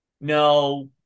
no